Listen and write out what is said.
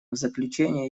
заключение